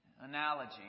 analogy